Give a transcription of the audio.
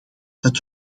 het